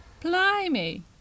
blimey